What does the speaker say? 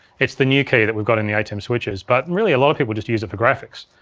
it's the new keyer that we've got in the atem switchers, but really, a lot of people just use it for graphics.